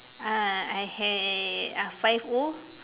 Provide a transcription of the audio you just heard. ah I had uh five O